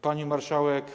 Pani Marszałek!